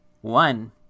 One